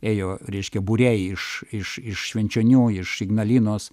ėjo reiškia būrėjai iš iš iš švenčionių iš ignalinos